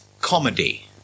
comedy